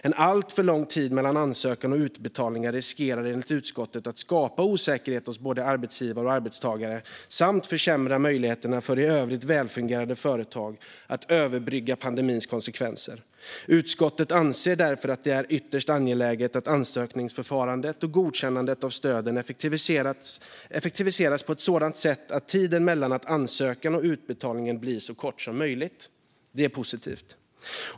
En alltför lång tid mellan ansökan och utbetalning riskerar enligt utskottet att skapa osäkerhet hos både arbetsgivare och arbetstagare samt försämra möjligheterna för i övrigt välfungerande företag att överbrygga pandemins konsekvenser. Utskottet anser därför att det är ytterst angeläget att ansökningsförfarandet och godkännandet av stödet effektiviseras på ett sådant sätt att tiden mellan att ansökan och utbetalning blir så kort som möjligt." Det här är positivt.